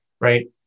right